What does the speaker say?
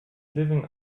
living